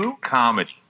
comedy